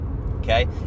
okay